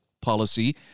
policy